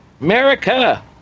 America